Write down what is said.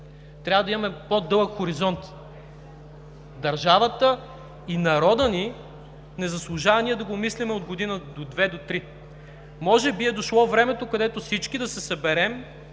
Трябва да имаме по-дълъг хоризонт – държавата и народът ни не заслужават ние да го мислим от година до две, до три. Може би е дошло времето, когато всички да се съберем,